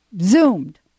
Zoomed